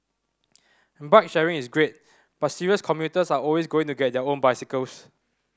bike sharing is great but serious commuters are always going to get their own bicycles